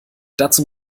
dazu